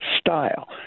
style